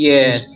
Yes